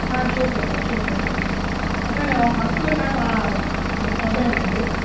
ஆ கேக்கிறேங்க கேக்கிறேங்க அதான்ங்க அவங்க வர சொல்லுங்கள் நான் சொல்கிறேன் இன்னைக்கு